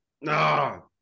no